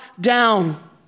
down